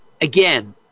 again